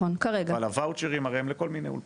אבל הוואוצ'רים הם לכל מיני אולפנים.